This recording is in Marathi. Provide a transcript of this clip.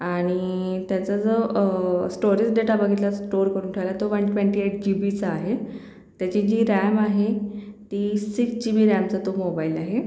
आणि त्याचा जो स्टोरेज डेटा बघितला स्टोअर करून ठेवायला तो वण ट्वेंटी एट जी बीचा आहे त्याची जी रॅम आहे ती सिक्स जी बी रॅमचा तो मोबईल आहे